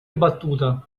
battuta